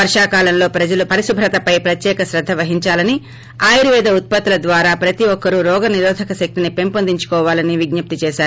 వర్షాకాలంలో ప్రజలు పరిశుభ్రతపై ప్రత్యేక శ్రద్ద వహిందాలని ఆయుర్వేద ఉత్పత్తుల ద్వారా ప్రతి ఒక్కరూ రోగ నిరోధక శక్తిని పెంపొందించుకోవాలని విజ్ఞప్తి చేశారు